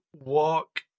walk